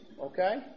Okay